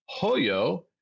Hoyo